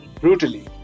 brutally